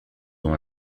dont